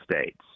States